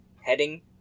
heading